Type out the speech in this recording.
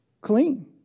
clean